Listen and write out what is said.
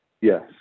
yes